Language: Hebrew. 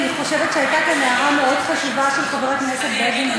אני חושבת שהייתה כאן הערה מאוד חשובה של חבר הכנסת בגין.